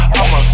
I'ma